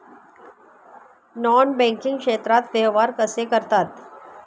Non banking क्षेत्रात व्यवहार कसे करतात?